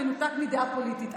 במנותק מדעה פוליטית.